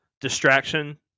distraction